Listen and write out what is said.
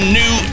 new